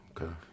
Okay